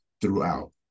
throughout